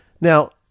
now